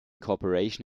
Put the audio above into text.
cooperation